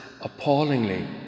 appallingly